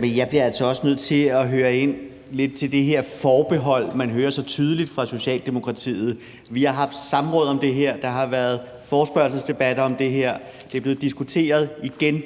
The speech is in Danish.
Men jeg bliver altså også nødt til at spørge lidt ind til det her forbehold, man hører så tydeligt fra Socialdemokratiets side. Vi har haft samråd om det her, der har været forespørgselsdebatter om det her, det er blevet diskuteret igen